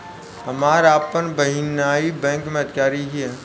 हमार आपन बहिनीई बैक में अधिकारी हिअ